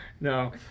No